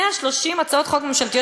130 הצעות חוק ממשלתיות,